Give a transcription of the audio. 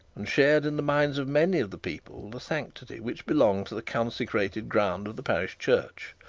and shared in the minds of many of the people the sanctity which belonged to the consecrated grounds of the parish church.